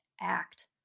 act